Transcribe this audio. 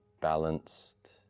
balanced